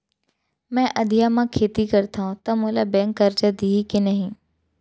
मैं अधिया म खेती करथंव त मोला बैंक करजा दिही के नही?